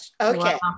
Okay